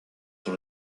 sur